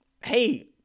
hey